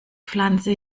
pflanze